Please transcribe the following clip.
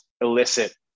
illicit